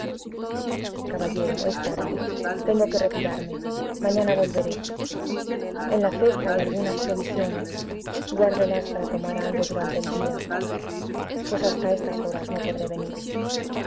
caballero es tarde tengo que retirarme mañana volveré en la cesta hay aún algunas provisiones guárdelas para tomar algo durante el día pues hasta estas horas no podré venir